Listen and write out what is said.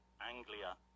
Anglia